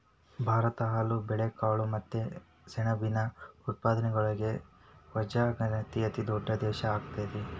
ಭಾರತ ಹಾಲು, ಬೇಳೆಕಾಳು ಮತ್ತ ಸೆಣಬಿನ ಉತ್ಪಾದನೆಯೊಳಗ ವಜಗತ್ತಿನ ಅತಿದೊಡ್ಡ ದೇಶ ಆಗೇತಿ